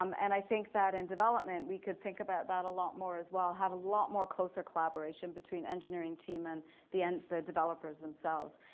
um and i think that in development, we could think about that a lot more as well, have a lot more closer collaboration between engineering team and the and the developers themselves.